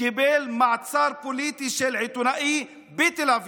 קיבל מעצר פוליטי של עיתונאי בתל אביב,